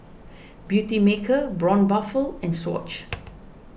Beautymaker Braun Buffel and Swatch